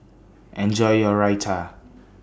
Enjoy your Raita